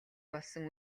болсон